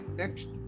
next